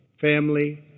Family